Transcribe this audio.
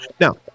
Now